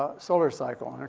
ah solar cycle.